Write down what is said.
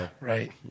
right